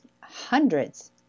hundreds